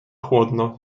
chłodno